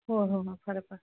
ꯍꯣ ꯍꯣ ꯍꯣ ꯐꯔꯦ ꯐꯔꯦ